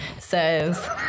says